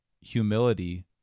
humility